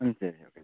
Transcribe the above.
ശരി ഓക്കെ